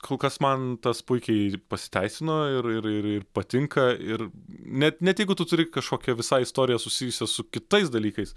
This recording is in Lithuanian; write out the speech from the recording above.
kol kas man tas puikiai pasiteisino ir ir ir patinka ir net net jeigu tu turi kažkokią visai istoriją susijusią su kitais dalykais